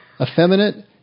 effeminate